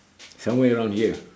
somewhere around here